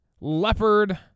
leopard